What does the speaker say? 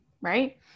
right